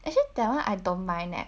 actually that [one] I don't mind leh